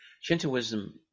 Shintoism